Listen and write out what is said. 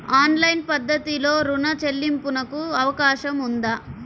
Online పద్ధతిలో రుణ చెల్లింపునకు అవకాశం ఉందా?